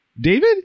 David